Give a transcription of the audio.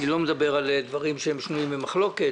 דברים שאינם שנויים במחלוקת,